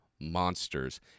Monsters